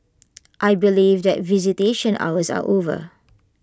I believe that visitation hours are over